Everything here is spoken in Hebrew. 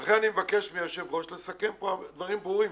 לכן, אני מבקש מהיושב-ראש לסכם פה דברים ברורים,